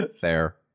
fair